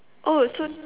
oh so